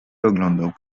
oglądał